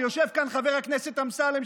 ויושב כאן חבר הכנסת אמסלם,